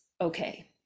okay